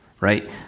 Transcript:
Right